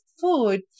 food